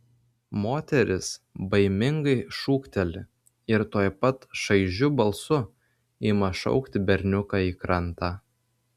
moteris baimingai šūkteli ir tuoj pat šaižiu balsu ima šaukti berniuką į krantą